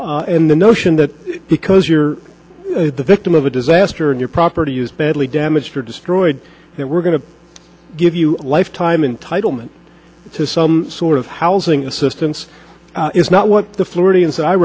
in the notion that because you're the victim of a disaster and your property is badly damaged or destroyed then we're going to give you lifetime entitlement to some sort of housing assistance is not what the floridians i